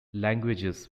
languages